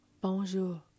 Bonjour